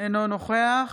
אינו נוכח